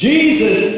Jesus